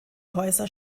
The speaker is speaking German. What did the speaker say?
häuser